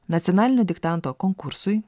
nacionalinio diktanto konkursui